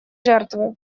жертвы